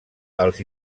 els